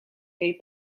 gave